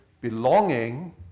Belonging